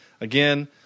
Again